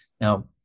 Now